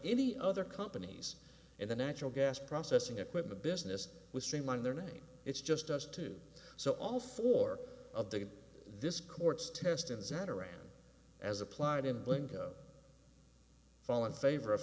any other companies in the natural gas processing equipment business we streamlined their name it's just us two so all four of the this court's test and sat around as applied in lingo fall in favor of